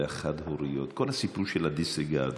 זה גם החד-הוריות, כל הסיפור של הדיסרגרד.